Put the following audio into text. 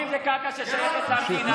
אם זאת קרקע ששייכת למדינה,